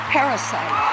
Parasite